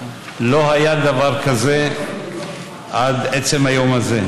לא היה דבר כזה עד עצם היום הזה.